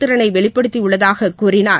திறனை வெளிப்படுத்தியுள்ளதாக கூறினார்